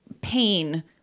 pain